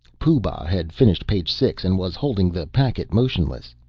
pooh-bah had finished page six and was holding the packet motionless.